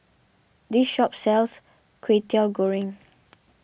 this shop sells Kwetiau Goreng